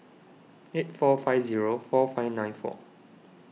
eight four five zero four five nine four